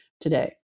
today